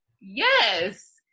Yes